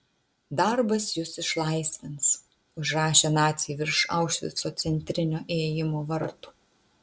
darbas jus išlaisvins užrašė naciai virš aušvico centrinio įėjimo vartų